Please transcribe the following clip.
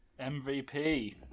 MVP